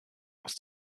aus